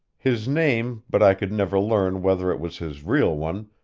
his name but i could never learn whether it was his real one,